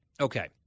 Okay